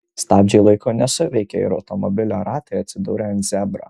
stabdžiai laiku nesuveikė ir automobilio ratai atsidūrė ant zebro